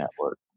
network